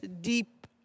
deep